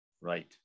right